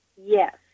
Yes